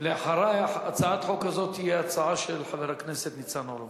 אחרי הצעת חוק זו תהיה הצעה של חבר הכנסת ניצן הורוביץ.